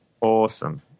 Awesome